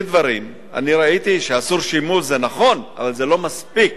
ראיתי שאסור שימוש, זה נכון, אבל זה לא מספיק